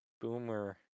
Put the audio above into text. Boomer